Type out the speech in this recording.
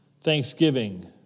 thanksgiving